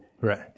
right